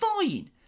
fine